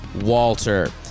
Walter